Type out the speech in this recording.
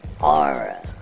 aura